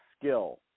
skill